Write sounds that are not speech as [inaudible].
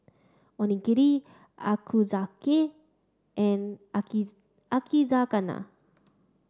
Onigiri Ochazuke and [unintelligible] Yakizakana